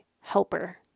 helper